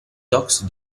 docks